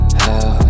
hell